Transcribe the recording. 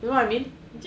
you know what I mean